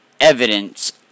evidence